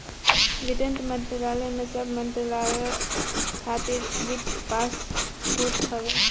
वित्त मंत्रालय में सब मंत्रालय खातिर वित्त पास होत हवे